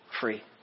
free